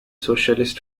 socialist